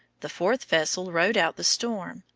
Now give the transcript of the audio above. the fourth vessel rode out the storm,